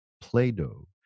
Play-Doh